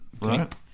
right